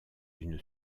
une